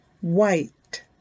White